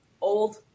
old